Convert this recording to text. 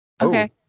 Okay